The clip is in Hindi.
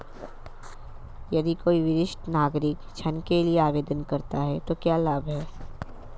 यदि कोई वरिष्ठ नागरिक ऋण के लिए आवेदन करता है तो क्या लाभ हैं?